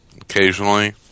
Occasionally